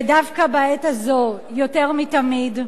ודווקא בעת הזאת, יותר מתמיד,